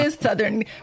Southern